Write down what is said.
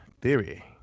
theory